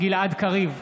גלעד קריב,